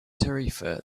tarifa